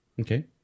Okay